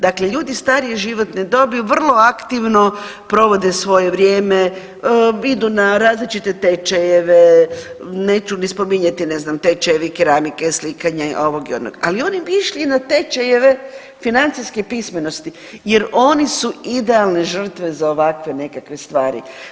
Dakle, ljudi starije životne dobi vrlo aktivno provode svoje vrijeme, idu na različite tečajeve, neću ni spominjati ne znam tečajevi keramike, slikanja, ovog i onog, ali oni bi išli i na tečajeve financijske pismenosti jer oni su idealne žrtve za ovakve nekakve stvari.